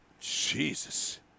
Jesus